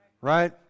right